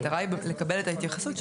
המטרה היא לקבל את ההתייחסות שלו.